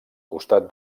costat